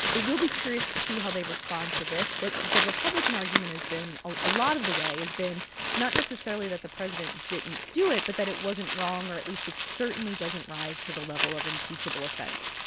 it will be curious to see how they respond to this. what the republican argument has been a lot of the way has been not necessarily that the president didn't do it but that it wasn't wrong or, at least, it certainly doesn't rise to the level of impeachable offense.